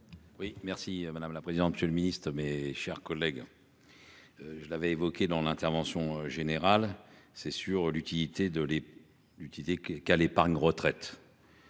Oui merci madame la présidente. Monsieur le Ministre, mes chers collègues. Je l'avais évoqué dans l'intervention général c'est sur l'utilité de l'est du que qu'à l'épargne retraite.